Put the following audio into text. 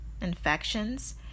infections